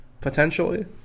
potentially